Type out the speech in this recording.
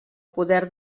poder